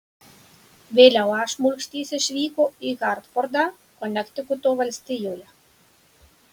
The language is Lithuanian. vėliau a šmulkštys išvyko į hartfordą konektikuto valstijoje